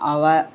आवा